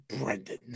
Brendan